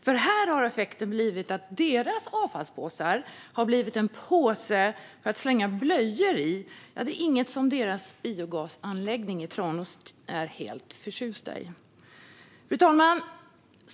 För här har effekten blivit att deras avfallspåsar har blivit en påse för att slänga blöjor i. Det är inget som de på deras biogasanläggning i Tranås är förtjusta i. Fru talman!